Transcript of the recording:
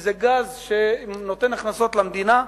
זה גז שנותן הכנסות למדינה.